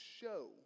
show